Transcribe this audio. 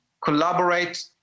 collaborate